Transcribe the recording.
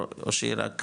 או שהיא רק גדלה.